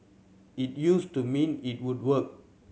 it used to mean it would work